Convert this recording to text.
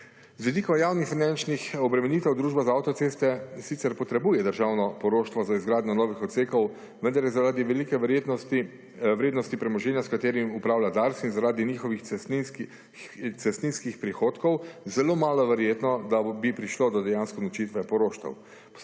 Z vidika javno finančnih obremenitev Družba za avtoceste sicer potrebuje državno poroštvo za izgradnjo novih odsekov, vendar je, zaradi velike vrednosti premoženja, s katerim upravlja DARS in zaradi njihovih cestninskih prihodkov je zelo malo verjetno, da bi prišlo do dejansko / nerazumljivo/ poroštev.